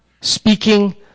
speaking